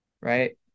Right